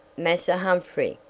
massa humphrey,